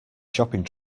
shopping